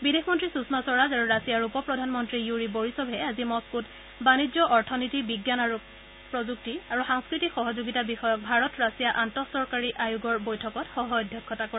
বিদেশ মন্ত্ৰী সুষমা স্বৰাজ আৰু ৰাছিয়াৰ উপ প্ৰধানমন্ত্ৰী য়ুৰি বৰিছভে আজি মস্কোত বাণিজ্য অথনীতি বিজ্ঞান প্ৰযুক্তি আৰু সাংস্কৃতিক সহযোগিতা বিষয়ক ভাৰত ৰাছিয়া আন্তঃ চৰকাৰী আয়োগৰ বৈঠকত সহ অধ্যক্ষতা কৰে